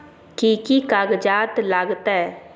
कि कि कागजात लागतै?